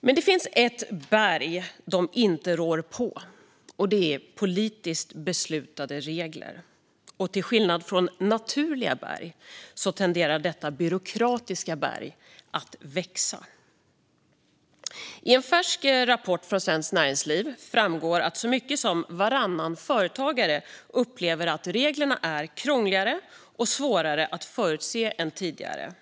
Men det finns ett berg de inte rår på, och det är politiskt beslutade regler. Till skillnad från naturliga berg tenderar detta byråkratiska berg att växa. I en färsk rapport från Svenskt Näringsliv framgår att så mycket som varannan företagare upplever att reglerna är krångligare och svårare att förutse än tidigare.